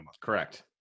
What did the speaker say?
correct